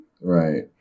Right